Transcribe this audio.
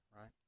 right